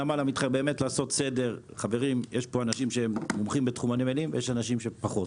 יש פה אנשים שהם מומחים בתחום הנמלים ויש אנשים שפחות.